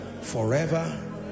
forever